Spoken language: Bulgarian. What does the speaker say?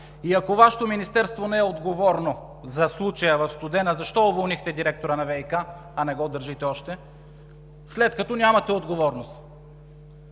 И ако Вашето министерство не е отговорно за случая в „Студена“, защо уволнихте директора на ВиК, а не го държите още, след като нямате отговорност?